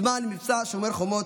בזמן מבצע שומר חומות,